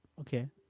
okay